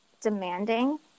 demanding